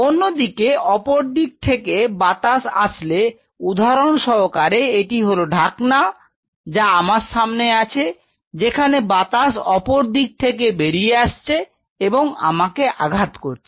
অন্যদিকে অপর দিক থেকে বাতাস আসলে উদাহরণ সহকারে এটি হলো ঢাকনা যা আমার সামনে আছে সেখানে বাতাস অপর দিক থেকে বেরিয়ে আসছে এবং আমাকে আঘাত করছে